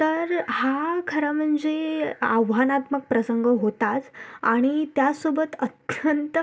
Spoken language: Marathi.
तर हा खरा म्हणजे आव्हानात्मक प्रसंग होताच आणि त्यासोबत अत्यंत